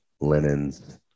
linens